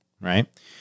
right